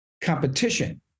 competition